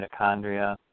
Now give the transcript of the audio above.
mitochondria